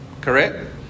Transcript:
Correct